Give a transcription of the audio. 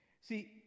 See